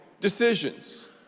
Decisions